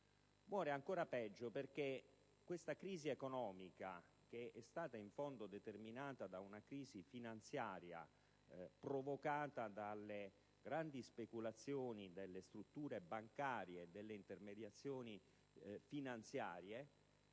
muore ancora peggio, perché questa crisi economica, che è stata in fondo determinata da una crisi finanziaria provocata dalle grandi speculazioni delle strutture bancarie e delle intermediazioni finanziarie,